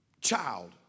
child